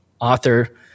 author